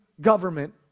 government